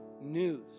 news